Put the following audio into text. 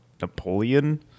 Napoleon